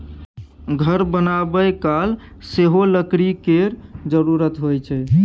घर बनाबय काल सेहो लकड़ी केर जरुरत होइ छै